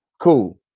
cool